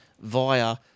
via